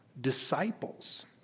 Disciples